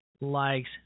likes